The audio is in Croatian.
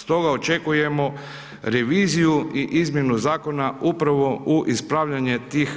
Stoga očekujemo reviziju i izmjene zakona upravo u ispravljanje tih